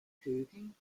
vögeln